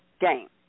game